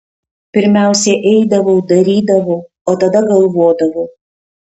pirmiausia eidavau darydavau o tada galvodavau